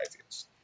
ideas